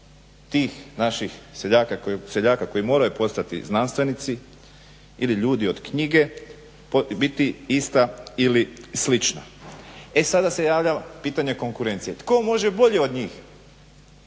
tih naših seljaka koji moraju postati znanstvenici ili ljudi od knjige biti ista ili slična. E sada se javlja pitanje konkurencije. Tko može bolje od njih?